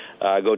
go